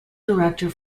director